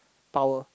power